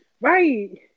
Right